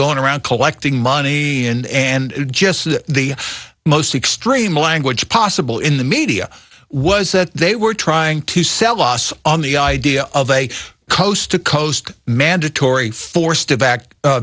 going around collecting money and just to get the most extreme language possible in the media was that they were trying to sell us on the idea of a coast to coast mandatory force to back